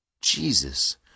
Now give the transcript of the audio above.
Jesus